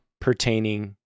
pertaining